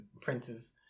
princes